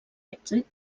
èxit